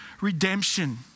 redemption